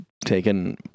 taken